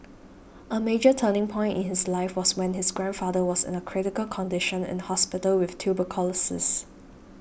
a major turning point in his life was when his grandfather was in a critical condition in hospital with tuberculosis